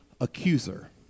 accuser